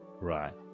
right